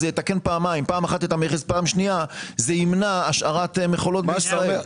זה יתקן פעמיים פעם אחת את המכס ופעם שנייה ימנע השארת מכולות בישראל.